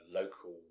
local